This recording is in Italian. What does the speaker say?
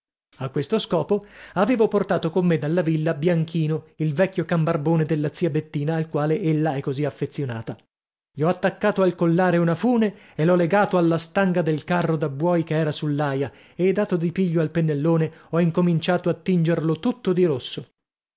a questo scopo avevo portato con me dalla villa bianchino il vecchio can barbone della zia bettina al quale ella è così affezionata gli ho attaccato al collare una fune e l'ho legato alla stanga del carro da buoi che era sull'aia e dato di piglio al pennellone ho incominciato a tingerlo tutto di rosso